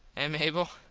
ah, mable?